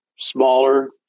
smaller